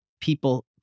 people